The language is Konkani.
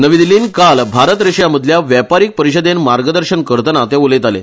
नवी दिल्लींत काल भारत रशियामदल्या व्यापारिक परिशदेंत मार्गदर्शन करताना ते उलयताले